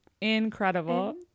Incredible